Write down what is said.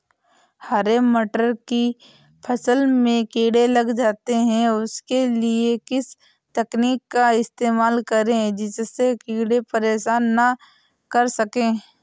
हरे मटर की फसल में कीड़े लग जाते हैं उसके लिए किस तकनीक का इस्तेमाल करें जिससे कीड़े परेशान ना कर सके?